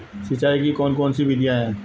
सिंचाई की कौन कौन सी विधियां हैं?